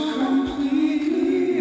completely